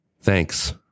Thanks